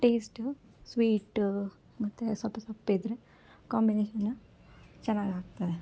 taste sweet ಮತ್ತು ಸೊಲ್ಪ ಸಪ್ಪೆ ಇದ್ದರೆ ಕಾಂಬಿನೇಷನ್ ಚೆನ್ನಾಗಿ ಆಗ್ತದೆ